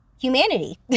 humanity